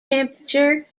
temperature